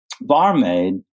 barmaid